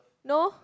no